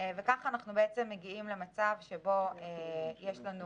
כך אנחנו מגיעים למצב שבו, יש לנו